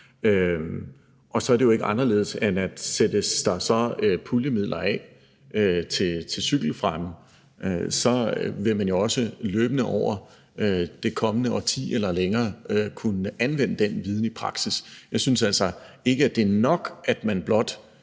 Og så er det jo ikke anderledes, end at sættes der så puljemidler af til cykelfremme, så vil man jo også løbende over det kommende årti eller længere kunne anvende den viden i praksis. Jeg synes altså ikke, det er nok, at man blot